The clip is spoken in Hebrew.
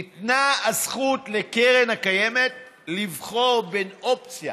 ניתנה הזכות לקרן הקיימת לבחור בין אופציה